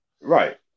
Right